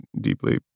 deeply